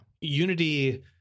unity